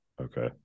okay